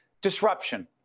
Disruption